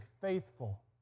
faithful